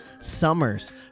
Summers